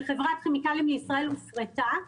כשחברת כימיקלים לישראל הופרטה,